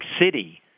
city